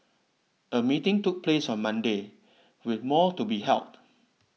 a meeting took place on Monday with more to be held